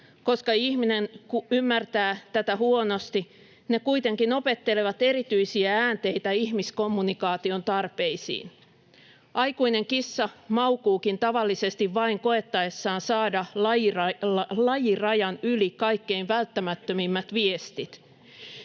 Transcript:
Koska ihminen ymmärtää tätä huonosti, ne kuitenkin opettelevat erityisiä äänteitä ihmiskommunikaation tarpeisiin. Aikuinen kissa maukuukin tavallisesti vain koettaessaan saada lajirajan yli kaikkein välttämättömimmät viestit.